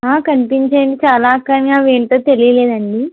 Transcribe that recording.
కనిపించాయండి చాలా కానీ అవి ఏంటో తెలియలేదండి